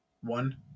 One